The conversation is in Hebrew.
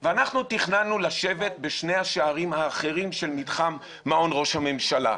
ואנחנו תכננו לשבת בשני השערים האחרים של מתחם מעון ראש הממשלה.